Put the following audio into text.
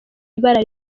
ibara